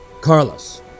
Carlos